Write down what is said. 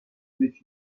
avec